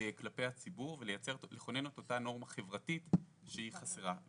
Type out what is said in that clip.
כלפי הציבור ולכונן את אותה נורמה חברתית שהיא חסרה.